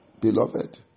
beloved